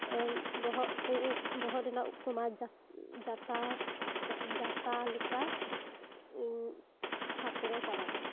ᱵᱚᱦᱚᱨ ᱠᱚ ᱩᱵᱽ ᱵᱚᱦᱚᱜ ᱨᱮᱱᱟᱜ ᱩᱵᱽ ᱠᱚ ᱡᱟᱴᱟ ᱡᱟᱴᱟ ᱞᱮᱠᱟ ᱛᱷᱟᱯᱲᱮ ᱪᱟᱵᱟᱭᱮᱱ